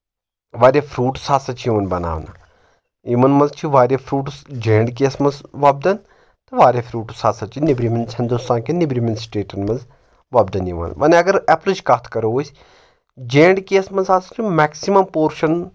واریاہ فروٗٹٕس ہسا چھِ یِوان بناونہٕ یِمن منٛز چھِ واریاہ فروٗٹٕس جے اینٛڈ کے یس منٛز وۄپدان تہٕ واریاہ فروٗٹٕس ہسا چھِ نیٚبرِم ہندوستان کؠن نیٚبرِمؠن سٹیٹن منٛز وۄپدان یِوان وۄنۍ اگر ایٚپلٕچ کتھ کرو أسۍ جے اینٛڈ کے یس منٛز ہسا چھِ میکسِمم پورشن